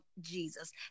Jesus